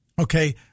okay